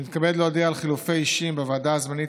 אני מתכבד להודיע על חילופי אישים בוועדה הזמנית